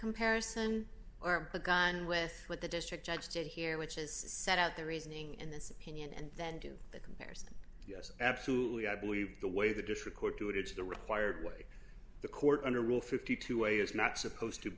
comparison or a gun with what the district judge said here which has set out the reasoning in this opinion and then to the comparison yes absolutely i believe the way the district court to it it's the required way the court under rule fifty two a is not supposed to